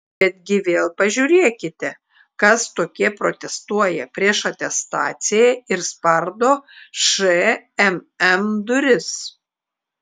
betgi vėl pažiūrėkite kas tokie protestuoja prieš atestaciją ir spardo šmm duris